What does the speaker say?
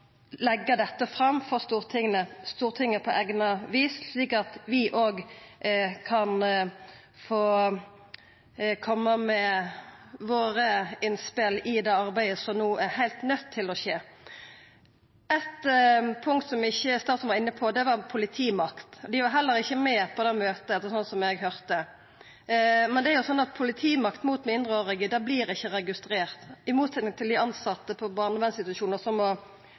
dette fram for Stortinget på eigna vis, slik at vi òg kan få koma med våre innspel i det arbeidet som no er heilt nøydd til å skje. Eitt punkt som statsråden ikkje var inne på, er politimakt. Politiet var heller ikkje med på det møtet, etter kva eg høyrde. Men politimakt mot mindreårige vert ikkje registrert. I motsetning til dei tilsette på barnevernsinstitusjonar som